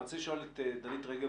אני רוצה לשאול את דלית רגב,